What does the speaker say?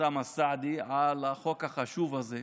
אוסאמה סעדי על החוק החשוב הזה,